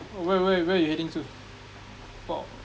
where where where you heading to what